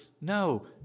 no